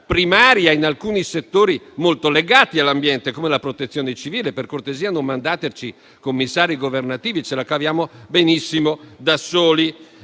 in alcuni settori molto legati all'ambiente, come la Protezione civile. Per cortesia, non mandateci commissari governativi, ce la caviamo benissimo da soli.